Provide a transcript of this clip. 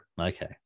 Okay